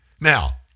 Now